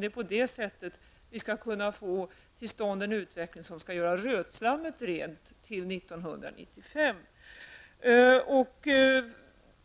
Det är bl.a. på det sättet som vi skall kunna få till stånd en utveckling som skall göra rötslammet rent till år 1995.